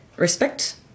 respect